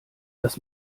dass